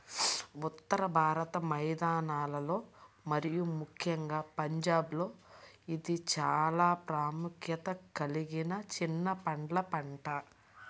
ఉత్తర భారత మైదానాలలో మరియు ముఖ్యంగా పంజాబ్లో ఇది చాలా ప్రాముఖ్యత కలిగిన చిన్న పండ్ల పంట